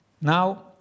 Now